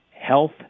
health